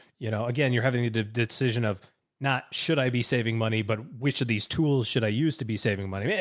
you know, again, you're having a decision of not, should i be saving money, but we should. these tools should i use to be saving money? hey,